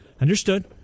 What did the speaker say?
Understood